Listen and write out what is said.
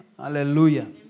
Hallelujah